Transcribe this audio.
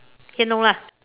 here no lah